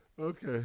Okay